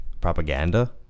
propaganda